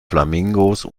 flamingos